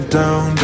down